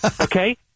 okay